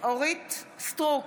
אורית מלכה סטרוק,